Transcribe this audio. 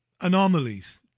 anomalies